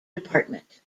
department